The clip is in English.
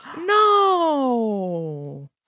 No